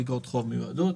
איגרות חוב מיועדות.